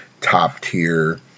top-tier